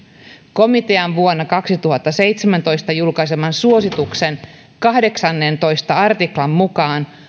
komitean vuonna kaksituhattaseitsemäntoista julkaiseman suosituksen kahdeksannentoista artiklan mukaan